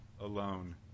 alone